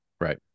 Right